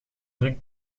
druk